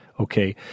Okay